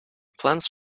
plans